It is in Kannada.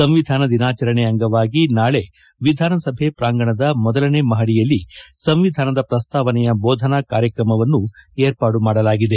ಸಂವಿಧಾನ ದಿನಾಚರಣೆ ಅಂಗವಾಗಿ ನಾಳೆ ವಿಧಾನಸಭೆ ಪ್ರಾಂಗಣದ ಮೊದಲನೇ ಮಹಡಿಯಲ್ಲಿ ಸಂವಿಧಾನದ ಪ್ರಸ್ತಾವನೆಯ ಬೋಧನಾ ಕಾರ್ಯಕ್ರಮವನ್ನು ಏರ್ಪಾಡು ಮಾಡಲಾಗಿದೆ